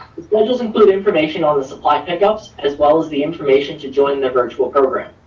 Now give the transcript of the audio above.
the schedules include information on the supply pickups, as well as the information to join the virtual program.